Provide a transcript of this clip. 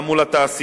גם מול התעשייה,